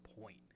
point